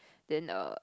then err